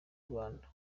rwanda